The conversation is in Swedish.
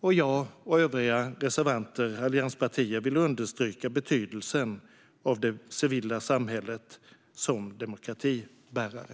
Jag och övriga reservanter, allianspartierna, vill understryka betydelsen av det civila samhället som demokratibärare.